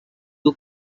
two